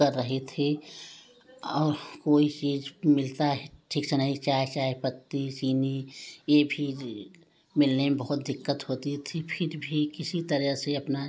कर रहे थे और कोई चीज़ मिलता है ठीक से नहीं चाय चाय पत्ती चीनी यह भी मिलने में बहुत दिकत होती थी फिर भी किसी तरह से अपना हम सब